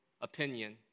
opinion